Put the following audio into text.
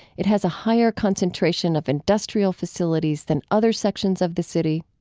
it has a higher concentration of industrial facilities than other sections of the city.